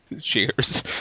Cheers